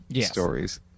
stories